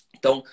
Então